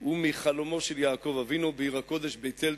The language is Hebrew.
ומחלומו של יעקב אבינו בעיר הקודש בית-אל,